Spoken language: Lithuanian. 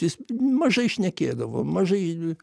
jis mažai šnekėdavo mažai